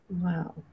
Wow